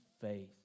faith